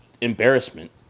embarrassment